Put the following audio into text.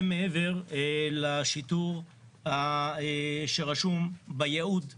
מעבר לשיטור שרשום בייעוד מלכתחילה.